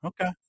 okay